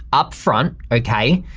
upfront, okay,